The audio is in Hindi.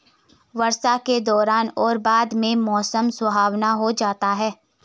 वर्षा के दौरान और बाद में मौसम सुहावना हो जाता है